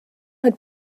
had